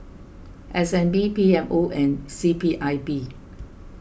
S N B P M O and C P I B